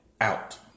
out